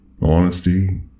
Honesty